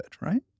right